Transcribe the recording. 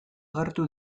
agertu